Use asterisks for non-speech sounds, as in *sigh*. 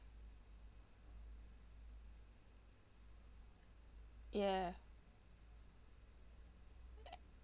ya *noise*